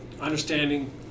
understanding